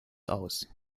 aus